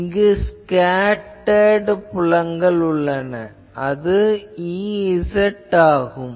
இங்கு ஸ்கேட்டர்டு புலங்கள் உள்ளன அது Ez ஆகும்